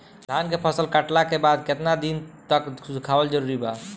धान के फसल कटला के बाद केतना दिन तक सुखावल जरूरी बा?